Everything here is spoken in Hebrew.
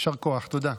יישר כוח, תודה.